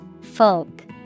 Folk